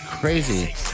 crazy